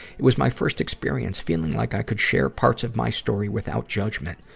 it was my first experience, feeling like i could share parts of my story without judgment,